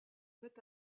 met